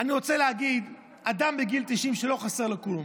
אני רוצה להגיד: אדם בגיל 90 שלא חסר לו כלום.